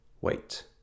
wait